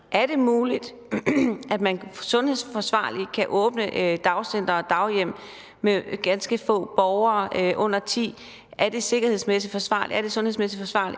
forsvarligt kan åbne dagcentre og daghjem med ganske få borgere, under ti? Er det sikkerhedsmæssigt forsvarligt,